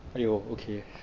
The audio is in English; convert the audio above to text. !aiyo! okay